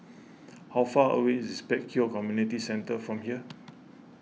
how far away is Pek Kio Community Centre from here